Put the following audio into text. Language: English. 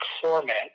format